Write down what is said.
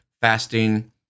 fasting